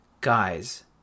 guys